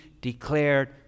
declared